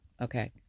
okay